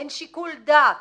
אין שיקול דעת